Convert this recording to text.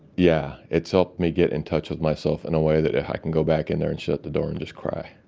yeah. it's helped me get in touch with myself in a way that i can go back in there and shut the door and just cry.